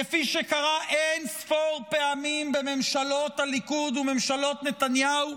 כפי שקרה אין-ספור פעמים בממשלות הליכוד וממשלות נתניהו,